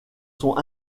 sont